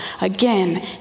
again